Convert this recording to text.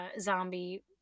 zombie